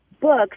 books